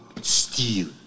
steal